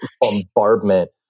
bombardment